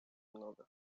много